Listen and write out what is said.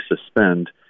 suspend